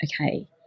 okay